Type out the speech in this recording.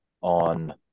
on